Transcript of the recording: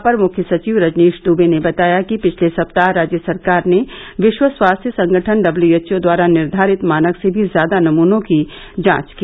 अपर मुख्य सचिव रजनीश दुवे ने बताया कि पिछले सप्ताह राज्य सरकार ने विश्व स्वास्थ्य संगठन डब्ल्यूएचओ द्वारा निर्धारित मानक से भी ज्यादा नमूनों की जांच की